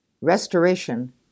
Restoration